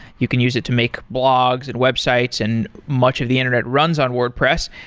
you can use it to make blogs and websites and much of the internet runs on wordpress.